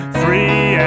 free